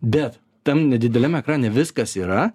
bet tam nedideliam ekrane viskas yra